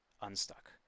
unstuck